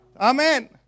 Amen